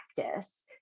practice